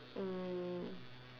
um